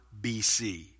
BC